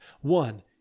one